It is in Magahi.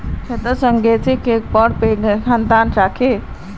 छत्तीसगढेर जंगलत बोरो पैमानार पर वन खेती ह छेक